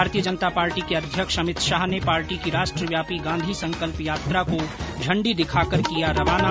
भारतीय जनता पार्टी के अध्यक्ष अमित शाह ने पार्टी की राष्ट्रव्यापी गांधी संकल्प यात्रा को झंडी दिखाकर किया रवाना